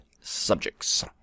subjects